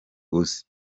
uzi